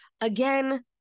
again